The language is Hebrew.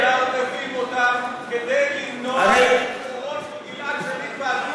אנחנו מגינים על הנורמות הבסיסיות שאתם מערבבים